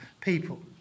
people